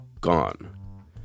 Gone